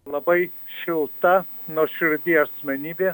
labai šilta nuoširdi asmenybė